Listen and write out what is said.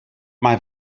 mae